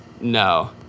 No